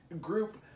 group